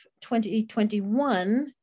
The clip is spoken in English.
2021